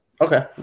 Okay